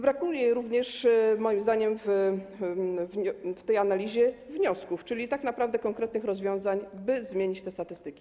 Brakuje również moim zdaniem w tej analizie wniosków, czyli tak naprawdę konkretnych rozwiązań, by zmienić te statystyki.